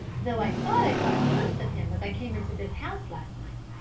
though i thought i caught a glimpse of him as i came into this house last night.